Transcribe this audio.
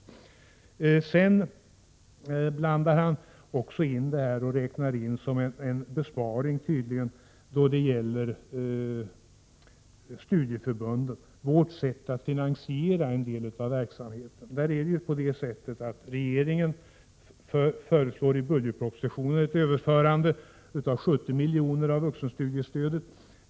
Ingvar Johnsson blandar in vårt sätt att finansiera en del av verksamheten vid studieförbunden och räknar det tydligen som en besparing. Regeringen föreslår i budgetpropositionen ett överförande av 70 milj.kr. av vuxenstudiestödet.